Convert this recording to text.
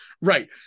right